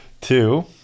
Two